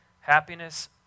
Happiness